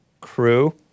crew